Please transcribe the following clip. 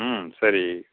ம் சரி